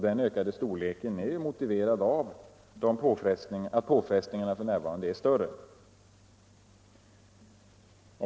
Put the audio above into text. Den ökade storleken är motiverad av att påfrestningarna f.n. är större.